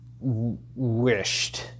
wished